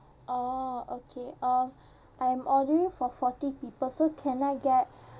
orh okay uh I'm ordering for forty people so can I get